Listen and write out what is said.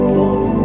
love